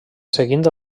seguint